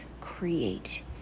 create